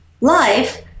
life